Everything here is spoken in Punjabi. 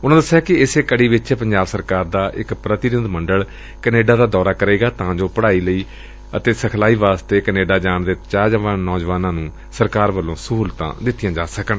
ਉਨਾਂ ਦਸਿਆ ਕਿ ਇਸੇ ਕੜੀ ਵਿਚ ਪੰਜਾਬ ਸਰਕਾਰ ਦਾ ਇਕ ਪ੍ਰਤੀਨਿਧ ਮੰਡਲ ਕੈਨੇਡਾ ਦਾ ਦੌਰਾ ਕਰੇਗਾ ਤਾਂ ਜੋ ਪੜਾਈ ਅਤੇ ਸਿਖਲਾਈ ਲਈ ਕੈਨੇਡਾ ਜਾਣ ਦੇ ਚਾਹਵਾਨ ਨੌਜਵਾਨਾਂ ਨੂੰ ਸਰਕਾਰ ਵੱਲੋਂ ਸਹੂਲਤਾਂ ਦਿੱਤੀਆਂ ਜਾ ਸਕਣ